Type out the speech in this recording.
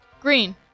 Green